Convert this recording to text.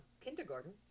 kindergarten